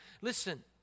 Listen